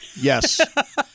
yes